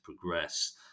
progress